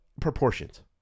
proportions